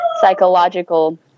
psychological